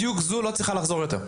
בדיוק זו לא צריכה לחזור יותר.